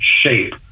shape